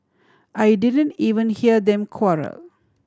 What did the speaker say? I didn't even hear them quarrel